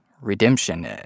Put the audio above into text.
redemption